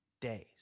days